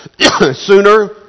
sooner